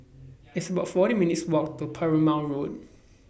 It's about forty minutes' Walk to Perumal Road